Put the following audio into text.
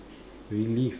relive